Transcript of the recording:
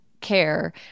care